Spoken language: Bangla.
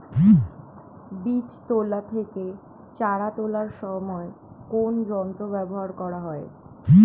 বীজ তোলা থেকে চারা তোলার সময় কোন যন্ত্র ব্যবহার করা হয়?